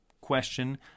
question